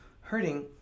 hurting